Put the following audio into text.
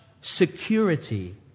security